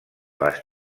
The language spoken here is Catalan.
les